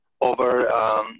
over